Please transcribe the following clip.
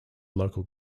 local